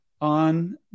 on